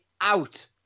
out